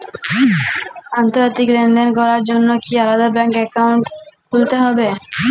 আন্তর্জাতিক লেনদেন করার জন্য কি আলাদা ব্যাংক অ্যাকাউন্ট খুলতে হবে?